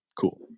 Cool